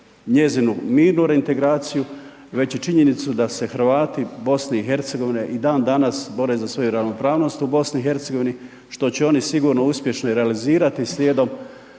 njezinu mirnu reintegraciju, već i činjenicu da se Hrvati BiH i dan danas bore za svoju ravnopravnost u BiH što će oni sigurno uspješno i realizirati slijedom